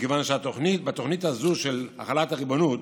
מכיוון שבתוכנית הזו של החלת הריבונות